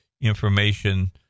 information